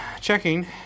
checking